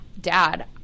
Dad